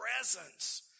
presence